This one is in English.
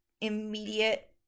immediate